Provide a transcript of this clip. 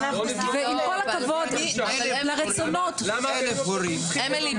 ועם כל הכבוד לרצונות ------ אמילי,